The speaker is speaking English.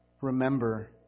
remember